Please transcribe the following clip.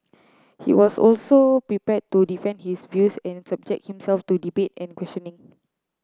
he was also prepared to defend his views and subject himself to debate and questioning